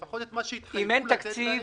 נלחץ שייתנו לפחות את מה שהתחייבו לתת להם.